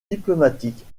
diplomatiques